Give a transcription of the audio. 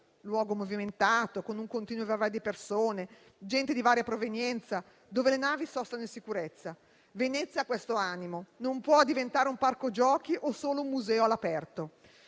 luogo movimentato, con un continuo viavai di persone, gente di varia provenienza, dove le navi sostano in sicurezza. Venezia ha questo animo, non può diventare un parco giochi o solo un museo all'aperto.